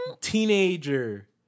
Teenager